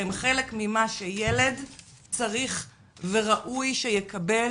והם חלק ממה שילד צריך וראוי שיקבל